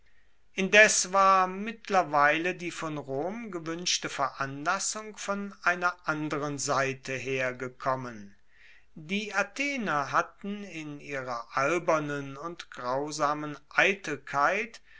indes war mittlerweile die von rom gewuenschte veranlassung von einer anderen seite her gekommen die athener hatten in ihrer albernen und grausamen eitelkeit